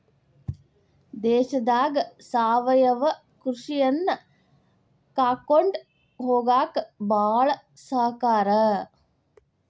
ದೇಶದಾಗ ಸಾವಯವ ಕೃಷಿಯನ್ನಾ ಕಾಕೊಂಡ ಹೊಗಾಕ ಬಾಳ ಸಹಕಾರಿ